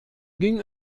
ging